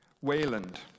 Wayland